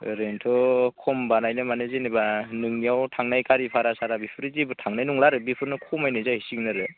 ओरैनोथ' खम बानायदो माने जेनेबा नोंथांनियाव थांनाय गारि भारा सारा बेफोरो जेबो थानाय नंला बेफोरनो खमायनाय जासिगोन आरो